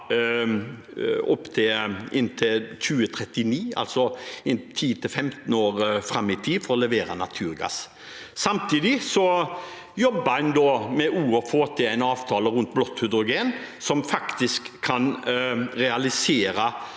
inntil 2039, altså 10– 15 år fram i tid, for å levere naturgass. Samtidig jobber en med å få til en avtale rundt blått hydrogen, som faktisk kan realisere